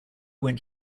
went